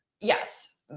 yes